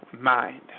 mind